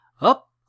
Up